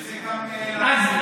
לא,